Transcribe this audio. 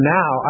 now